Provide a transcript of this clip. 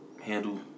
handle